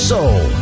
Soul